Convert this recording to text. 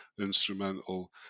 instrumental